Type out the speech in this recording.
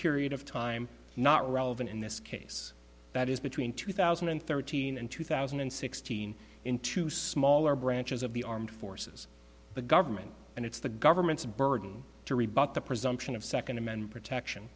period of time not relevant in this case that is between two thousand and thirteen and two thousand and sixteen into smaller branches of the armed forces the government and it's the government's burden to rebut the presumption of second amendment protection